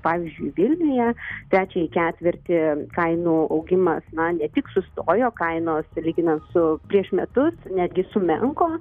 pavyzdžiui vilniuje trečiąjį ketvirtį kainų augimas na ne tik sustojo kainos lyginant su prieš metus netgi sumenko